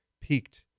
peaked